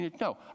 No